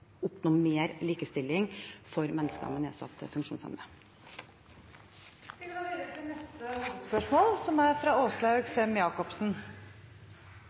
oppnå mer likestilling for mennesker med nedsatt funksjonsevne. Vi går videre til neste hovedspørsmål.